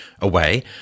away